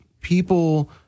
people